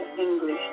English